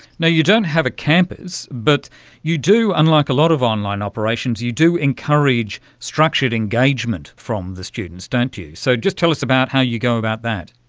now, you don't have a campus, but you do, unlike a lot of online operations, you do encourage structured engagement from the students, don't you. so just tell us about how you go about that.